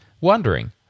wondering